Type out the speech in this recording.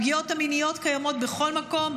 הפגיעות המיניות קיימות בכל מקום,